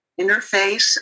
interface